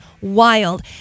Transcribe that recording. wild